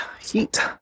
heat